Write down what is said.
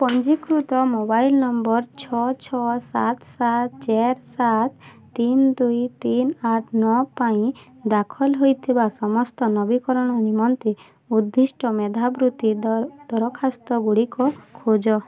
ପଞ୍ଜୀକୃତ mobile number ଛଅ ଛଅ ସାତ ସାତ ଚାରି ସାତ ତିନି ଦୁଇ ତିନି ଆଠ ନଅ ପାଇଁ ଦାଖଲ ହୋଇଥିବା ସମସ୍ତ ନବୀକରଣ ନିମନ୍ତେ ଉଦ୍ଦିଷ୍ଟ ମେଧାବୃତ୍ତି ଦରଖାସ୍ତଗୁଡ଼ିକ ଖୋଜ